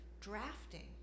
drafting